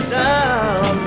down